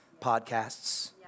Podcasts